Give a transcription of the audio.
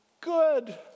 good